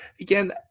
Again